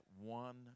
one